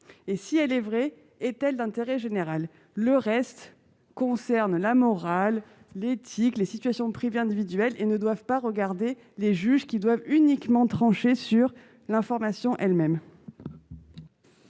? Si elle est vraie, est-elle d'intérêt général ? Le reste concerne la morale, l'éthique, les situations privées individuelles, et cela ne doit pas regarder les juges, qui doivent uniquement trancher sur l'information elle-même.